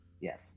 Yes